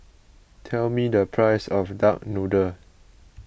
tell me the price of Duck Noodle